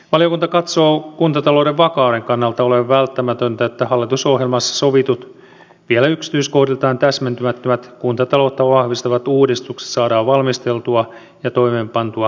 valiokunta katsoo kuntatalouden vakauden kannalta olevan välttämätöntä että hallitusohjelmassa sovitut vielä yksityiskohdiltaan täsmentymättömät kuntataloutta vahvistavat uudistukset saadaan valmisteltua ja toimeenpantua määrätietoisesti